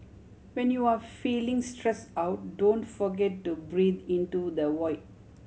when you are feeling stress out don't forget to breathe into the void